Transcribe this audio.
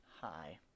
Hi